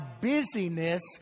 busyness